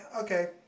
okay